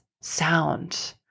sound